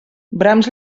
brahms